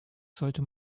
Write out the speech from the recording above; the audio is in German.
sollte